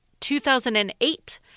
2008